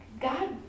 God